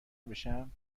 بشم